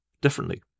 differently